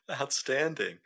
Outstanding